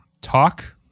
talk